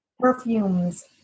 perfumes